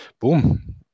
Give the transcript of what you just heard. boom